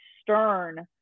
stern